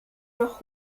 noch